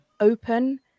open